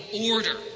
order